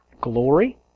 Glory